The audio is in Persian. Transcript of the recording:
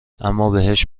امابهش